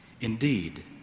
Indeed